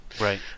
Right